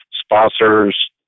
sponsors